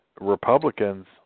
Republicans